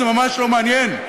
זה ממש לא מעניין.